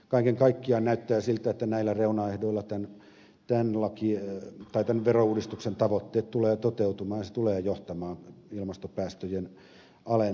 kaiken kaikkiaan näyttää siltä että näillä reunaehdoilla tämän verouudistuksen tavoitteet tulevat toteutumaan ja se tulee johtamaan ilmastopäästöjen alentamiseen